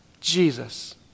Jesus